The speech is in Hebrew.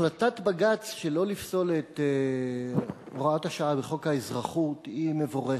החלטת בג"ץ שלא לפסול את הוראת השעה בחוק האזרחות היא מבורכת,